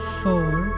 four